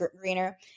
greener